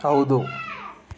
ಹೌದು